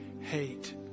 hate